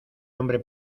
hombre